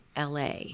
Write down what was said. LA